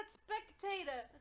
spectator